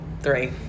three